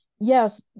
yes